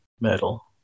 metal